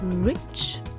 Rich